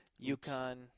UConn